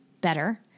better